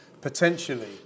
potentially